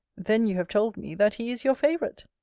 then you have told me, that he is your favourite.